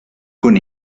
con